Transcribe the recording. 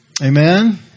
Amen